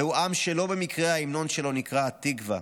זהו עם שלא במקרה ההמנון שלו נקרא התקווה,